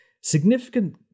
Significant